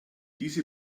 diese